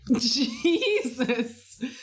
Jesus